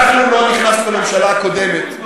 אנחנו לא נכנסנו לממשלה הקודמת,